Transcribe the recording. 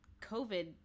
COVID